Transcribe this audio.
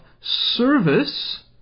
service